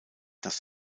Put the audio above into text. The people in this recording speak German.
dass